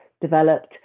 developed